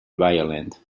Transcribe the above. violent